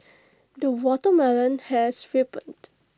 the watermelon has ripened